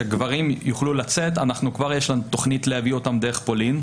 שהגברים יוכלו לצאת כבר יש לנו תכנית להביא אותם דרך פולין,